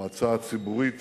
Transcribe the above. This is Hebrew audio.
המועצה הציבורית